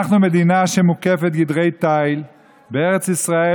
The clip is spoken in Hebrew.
אנחנו מדינה שמוקפת גדרי תיל בארץ ישראל,